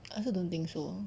I also don't think so